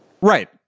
Right